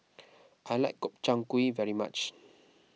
I like Gobchang Gui very much